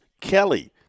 Kelly